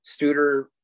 Studer